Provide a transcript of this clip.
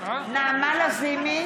נעמה לזימי,